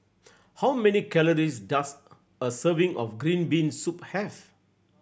how many calories does a serving of green bean soup have